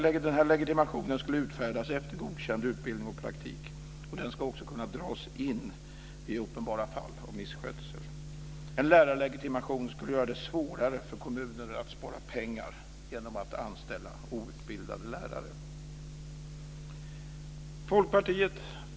Lärarlegitimationen skulle utfärdas efter godkänd utbildning och praktik och skulle också kunna dras in vid uppenbara fall av misskötsel. En lärarlegitimation skulle göra det svårare för kommuner att spara pengar genom att anställa outbildade lärare. Fru talman!